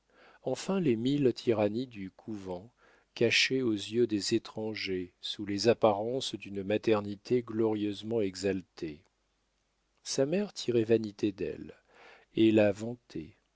enfin les mille tyrannies du couvent cachées aux yeux des étrangers sous les apparences d'une maternité glorieusement exaltée sa mère tirait vanité d'elle et la